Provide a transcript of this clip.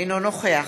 אינו נוכח